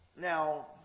Now